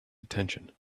attention